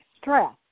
stress